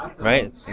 right